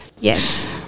yes